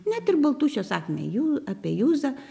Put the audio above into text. net ir baltušio sakmę jų apie juzą